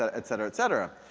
ah et cetera, et cetera.